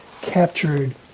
captured